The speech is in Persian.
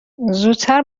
زودتر